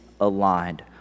aligned